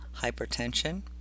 hypertension